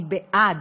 אני בעד,